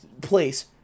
place